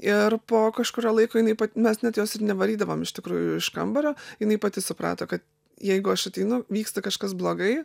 ir po kažkurio laiko jinai mes net jos ir nevarydavome iš tikrųjų iš kambario jinai pati suprato kad jeigu aš ateinu vyksta kažkas blogai